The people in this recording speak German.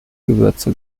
gewürze